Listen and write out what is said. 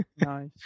Nice